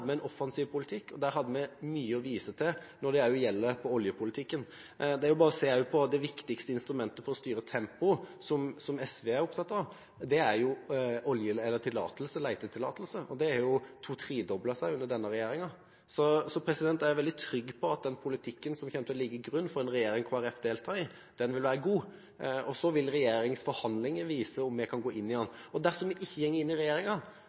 vi en offensiv politikk, og der hadde vi mye å vise til også når det gjelder oljepolitikken. Det er bare å se på det viktigste instrumentet for å styre tempoet, som SV er opptatt av, og det er letetillatelse. Det har to–tredoblet seg under denne regjeringen. Så jeg er veldig trygg på at den politikken som kommer til å ligge til grunn for en regjering Kristelig Folkeparti deltar i, vil være god. Så vil regjeringsforhandlinger vise om vi kan gå inn i en slik regjering. Dersom vi ikke går inn i